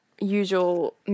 usual